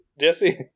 Jesse